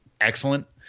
excellent